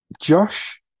josh